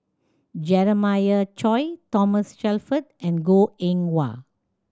Jeremiah Choy Thomas Shelford and Goh Eng Wah